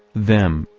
them,